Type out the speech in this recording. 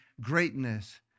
greatness